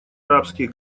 арабских